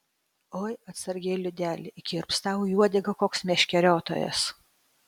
oi atsargiai liudeli įkirps tau į uodegą koks meškeriotojas